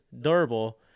durable